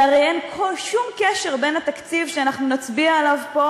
שהרי אין שום קשר בין התקציב שאנחנו נצביע עליו פה,